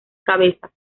cabezas